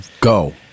Go